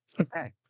Okay